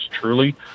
truly